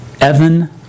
Evan